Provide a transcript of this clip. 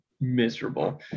miserable